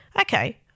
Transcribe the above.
Okay